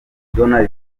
donald